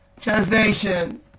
translation